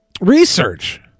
research